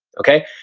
okay.